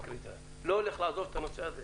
אני לא הולך לעזוב את הנושא הזה.